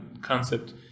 concept